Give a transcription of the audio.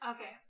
Okay